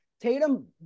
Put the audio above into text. Tatum